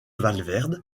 valverde